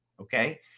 Okay